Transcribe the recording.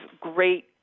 great